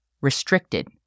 restricted